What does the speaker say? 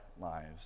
lives